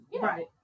Right